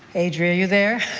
adria you there?